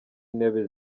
intebe